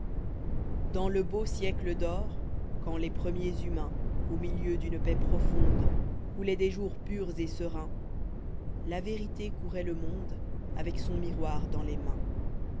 vérité'dass vérité'dass beau siècle d'or quand les premiqrs inimaiiss au milieu d'une paix profonde couloient des jours purs et sereins la vérité couroit le monde avec son miroir dans les mains